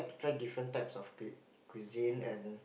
try different types of cu~ cuisine and